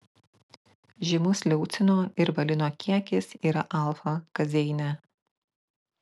žymus leucino ir valino kiekis yra alfa kazeine